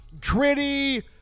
gritty